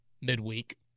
midweek